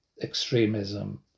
extremism